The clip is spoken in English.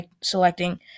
selecting